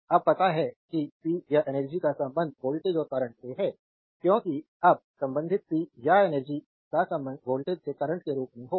अब पता है कि पी या एनर्जी का संबंध वोल्टेज और करंट से है क्योंकि अब संबंधित पी या एनर्जी का संबंध वोल्टेज से करंट के रूप में होगा